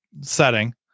setting